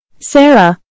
Sarah